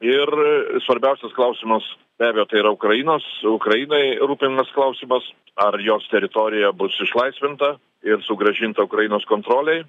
ir svarbiausias klausimas be abejo yra ukrainos ukrainai rūpimas klausimas ar jos teritorija bus išlaisvinta ir sugrąžinta ukrainos kontrolei